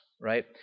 right